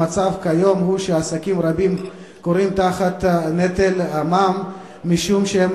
המצב כיום הוא שעסקים רבים כורעים תחת נטל המע"מ משום שהם